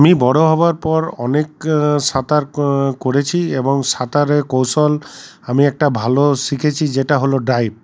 আমি বড়ো হবার পর অনেক সাঁতার করেছি এবং সাঁতারের কৌশল আমি একটা ভালো শিখেছি যেটা হল ডাইভ